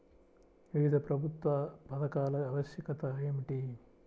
వివిధ ప్రభుత్వా పథకాల ఆవశ్యకత ఏమిటి?